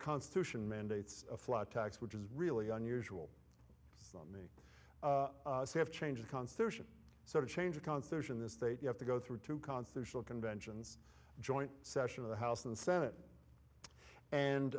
constitution mandates a flat tax which is really unusual to have change the constitution so to change a constitution in this state you have to go through two constitutional conventions joint session of the house and senate and